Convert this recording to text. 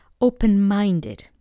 open-minded